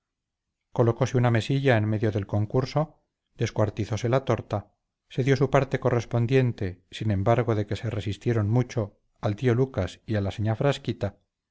horno colocóse una mesilla en medio del concurso descuartizóse la torta se dio su parte correspondiente sin embargo de que se resistieron mucho al tío lucas y a la señá frasquita